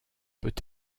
peut